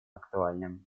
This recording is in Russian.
актуальным